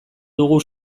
dugu